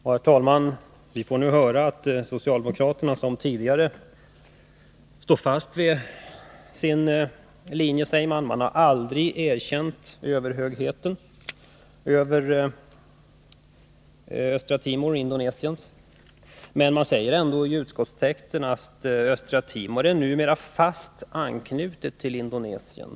Herr talman! Vi får nu höra att socialdemokraterna står fast vid sin linje. Socialdemokraterna har aldrig, säger Bengt Silfverstrand, erkänt den indonesiska överhögheten över Östra Timor. Men i utskottstexten står det att Östra Timor numera är fast anknutet till Indonesien.